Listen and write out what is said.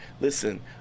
Listen